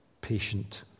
patient